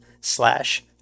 slash